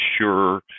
sure